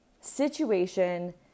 situation